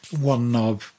one-knob